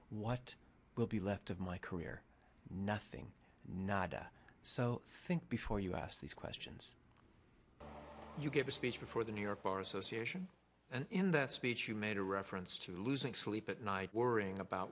what will be left of my career nothing nada so think before you ask these questions you gave a speech before the new york bar association and in that speech you made a reference to losing sleep at night worrying about